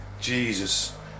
Jesus